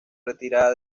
retirada